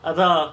அதா:atha